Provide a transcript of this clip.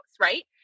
Right